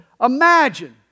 Imagine